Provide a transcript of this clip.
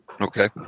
okay